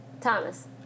Thomas